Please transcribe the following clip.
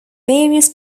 various